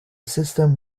system